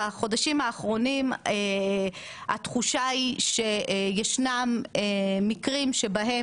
בחודשים האחרונים התחושה היא שישנם מקרים שבהם